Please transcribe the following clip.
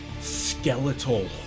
skeletal